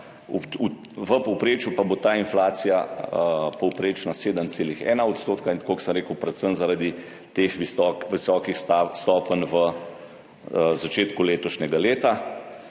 V povprečju pa bo ta inflacija povprečno 7,1 %, tako kot sem rekel, predvsem zaradi teh visokih stopenj v začetku letošnjega leta.